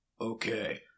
Okay